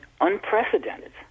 unprecedented